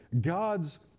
God's